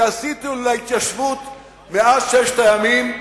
שעשו להתיישבות מאז ששת הימים,